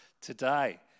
today